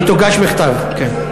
היא תוגש בכתב, כן.